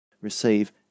receive